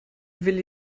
willi